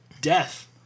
death